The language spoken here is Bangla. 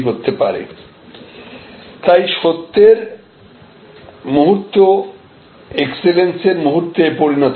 তাই সত্তের সত্যের মুহূর্ত এক্সেলেন্সের মুহূর্তে পরিণত হয়